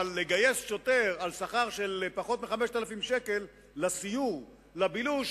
אבל לגייס שוטר בשכר של פחות מ-5,000 שקל לסיור ולבילוש,